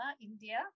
India